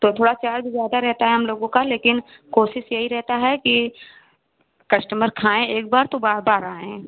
तो थोड़ा चार्ज ज़्यादा रहता है हम लोगों का लेकिन कोशिश यही रहता है कि कश्टमर खाएँ एक बार तो बार बार आएँ